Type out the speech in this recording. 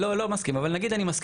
אני לא מסכים, אבל נגיד אני מסכים.